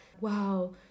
wow